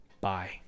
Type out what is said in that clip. bye